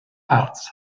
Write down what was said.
arts